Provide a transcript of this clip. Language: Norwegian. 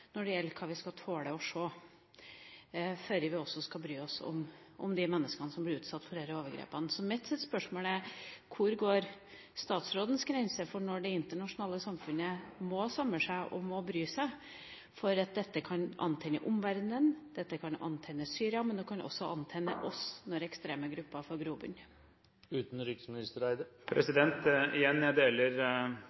når det gjelder hva vi skal tåle å se før vi skal bry oss om de menneskene som blir utsatt for disse overgrepene. Mitt spørsmål er: Hvor går utenriksministerens grense for når det internasjonale samfunnet må samle seg om å bry seg? For dette kan antenne omverdenen, dette kan antenne Syria, men det kan også antenne oss når ekstreme grupper får grobunn. Jeg deler representanten Skei Grandes beskrivelse av virkeligheten. Jeg mener at den grensen for